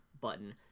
button